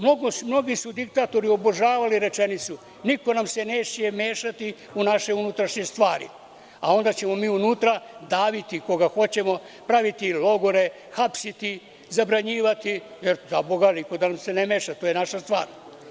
Mnogi su diktatori obožavali rečenicu – niko nam se neće mešati u naše unutrašnje stvari, a onda ćemo mi unutra daviti koga hoćemo, praviti logore, hapsiti, zabranjivati, zaboga, niko da nam se ne meša, to je naša stvar.